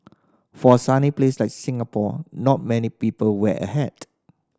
for a sunny place like Singapore not many people wear a hat